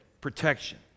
protection